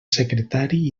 secretari